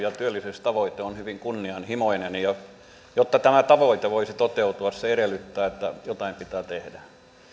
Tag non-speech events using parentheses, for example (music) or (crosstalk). (unintelligible) ja työllisyystavoite on hyvin kunnianhimoinen ja jotta tämä tavoite voisi toteutua se edellyttää että jotain pitää tehdä